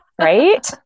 Right